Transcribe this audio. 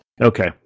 Okay